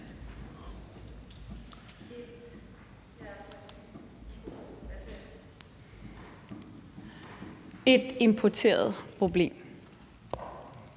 et importeret problem.